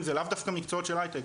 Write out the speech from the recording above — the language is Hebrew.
זה לאו דווקא מקצועות של הייטק,